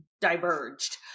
diverged